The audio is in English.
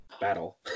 battle